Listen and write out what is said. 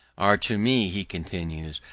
are to me, he continues,